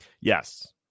Yes